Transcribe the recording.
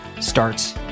starts